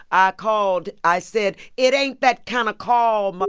i called i said, it ain't that kind of call.